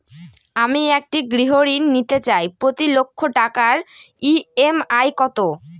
আমি একটি গৃহঋণ নিতে চাই প্রতি লক্ষ টাকার ই.এম.আই কত?